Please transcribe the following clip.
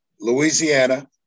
Louisiana